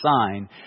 sign